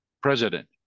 president